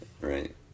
Right